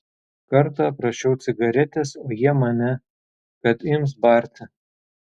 kartą prašiau cigaretės o jie mane kad ims barti